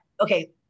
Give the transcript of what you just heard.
okay